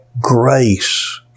Grace